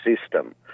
system